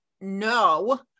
no